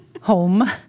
home